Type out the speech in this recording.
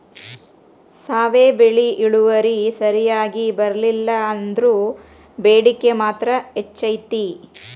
ಸಾವೆ ಬೆಳಿ ಇಳುವರಿ ಸರಿಯಾಗಿ ಬರ್ಲಿಲ್ಲಾ ಅಂದ್ರು ಬೇಡಿಕೆ ಮಾತ್ರ ಹೆಚೈತಿ